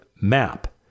map